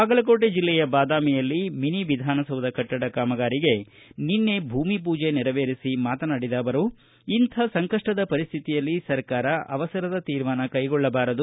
ಬಾಗಲಕೋಟೆ ಜಿಲ್ಲೆಯ ಬಾದಾಮಿಯಲ್ಲಿಮಿನಿ ವಿಧಾನಸೌಧ ಕಟ್ಟಡ ಕಾಮಗಾರಿಗೆ ನಿನ್ನೆ ಭೂಮಿ ಮೂಜೆ ನೆರವೇರಿಸಿ ಮಾತನಾಡಿದ ಅವರು ಇಂಥ ಸಂಕಷ್ಟದ ಪರಿಶ್ರಿತಿಯಲ್ಲಿ ಸರ್ಕಾರ ಅವಸರದ ತೀರ್ಮಾನ ಕೈಗೊಳ್ಳಬಾರದು